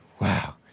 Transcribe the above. Wow